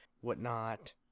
whatnot